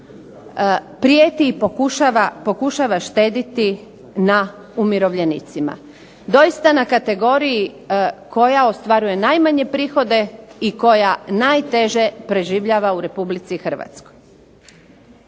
prijeti i pokušava štedjeti na umirovljenicima. Doista na kategoriji koja ostvaruje najmanje prihode i koja najteže preživljava u RH. Zbog toga